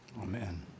Amen